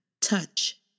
touch